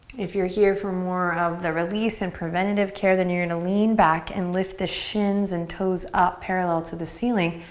if you're here for more of the release and preventative care then you're gonna lean back and lift the shins and toes up parallel to the ceiling.